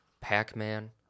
pac-man